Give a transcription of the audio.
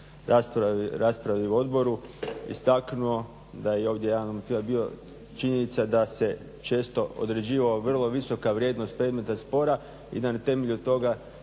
raspravi u odboru istaknuo da je ovdje jedan uvjet bio činjenica da se često određivala vrlo visoka vrijednost predmeta spora i da na temelju toga